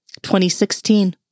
2016